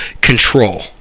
control